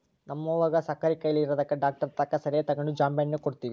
ನಮ್ವಗ ಸಕ್ಕರೆ ಖಾಯಿಲೆ ಇರದಕ ಡಾಕ್ಟರತಕ ಸಲಹೆ ತಗಂಡು ಜಾಂಬೆಣ್ಣು ಕೊಡ್ತವಿ